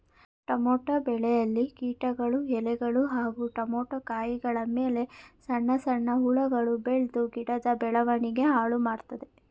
tomato ಬೆಳೆಯಲ್ಲಿ ಕೀಟಗಳು ಎಲೆಗಳು ಹಾಗೂ ಟಮೋಟ ಕಾಯಿಗಳಮೇಲೆ ಸಣ್ಣ ಸಣ್ಣ ಹುಳಗಳು ಬೆಳ್ದು ಗಿಡದ ಬೆಳವಣಿಗೆ ಹಾಳುಮಾಡ್ತದೆ